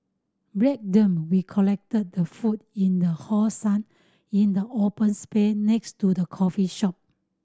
break them we collected the food in the hot sun in the open space next to the coffee shop